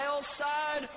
side